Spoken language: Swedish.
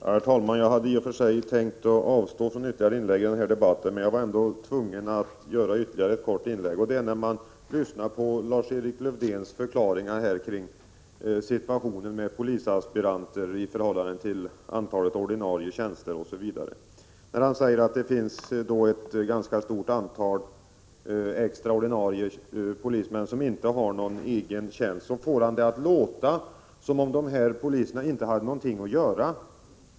Herr talman! Jag hade tänkt avstå från ytterligare inlägg i denna debatt, men efter att ha lyssnat till Lars-Erik Lövdéns förklaringar kring situationen med polisaspiranter i förhållande till antalet ordinarie tjänster, känner jag mig ändå tvungen att göra ett kort inlägg. När Lars-Erik Lövdén säger att det finns ett ganska stort antal extra ordinarie polismän som inte har någon egen tjänst, låter det som om dessa poliser inte har någonting att göra.